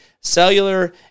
cellular